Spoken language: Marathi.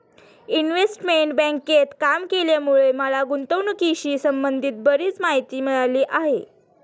इन्व्हेस्टमेंट बँकेत काम केल्यामुळे मला गुंतवणुकीशी संबंधित बरीच माहिती मिळाली आहे